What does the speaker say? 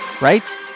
Right